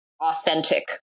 authentic